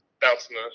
bouncing